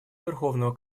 верховного